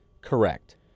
correct